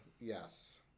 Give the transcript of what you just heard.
Yes